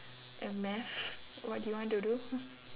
and math what do you want to do